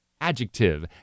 adjective